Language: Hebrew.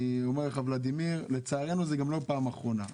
אני אומר לך ולדימיר, לצערנו זו גם לא פעם אחרונה.